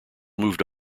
moved